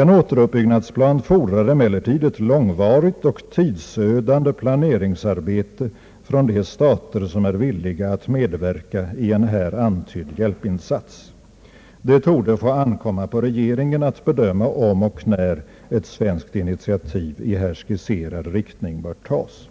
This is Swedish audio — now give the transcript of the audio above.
En återuppbyggnadsplan fordrar emellertid ett långvarigt och tidsödande planeringsarbete från de stater som är villiga att medverka i en här antydd hjälpinsats. Det torde få ankomma på regeringen att bedöma om och när ett svenskt initiativ i här skisserad riktning bör tas.»